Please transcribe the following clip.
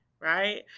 right